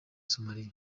somalia